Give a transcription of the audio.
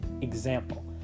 example